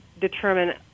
determine